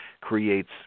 creates